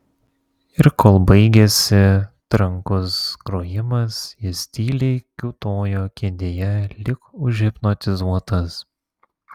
ir kol baigėsi trankus grojimas jis tyliai kiūtojo kėdėje lyg užhipnotizuotas